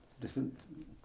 different